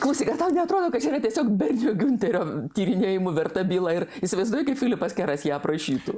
klausyk ar tau neatrodo kad čia yra tiesiog bernio giunterio tyrinėjimų verta byla ir įsivaizduoju kaip filipas keras ją aprašytų